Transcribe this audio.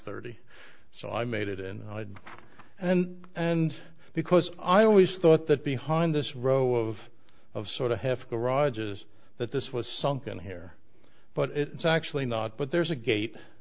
thirty so i made it and and and because i always thought that behind this row of of sort of half the rides is that this was sunken here but it's actually not but there's a gate